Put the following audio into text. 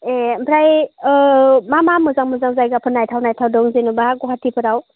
ए ओमफ्राय मा मा मोजां मोजां जायगाफोर नायथाव नायथाव दं जेन'बा गुवाहाथि फोराव